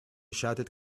shouted